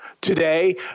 Today